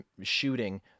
shooting